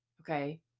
Okay